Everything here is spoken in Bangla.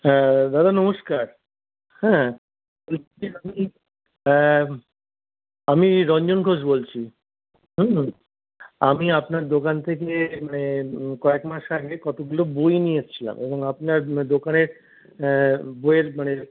হ্যাঁ দাদা নমস্কার হ্যাঁ আমি রঞ্জন ঘোষ বলছি হুম আমি আপনার দোকান থেকে মানে কয়েক মাস আগে কতগুলো বই নিয়েছিলাম এবং আপনার দোকানের বইয়ের মানে